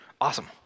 Awesome